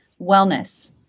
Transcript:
wellness